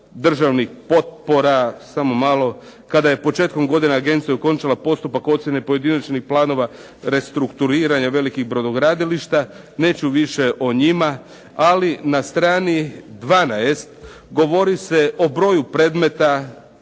državnih potpora, samo malo, kada je početkom godine agencija okončala postupak ocjene pojedinačnih planova restrukturiranja velikih brodogradilišta. Neću više o njima. Ali na strani 12. govori se o broju predmeta